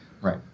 Right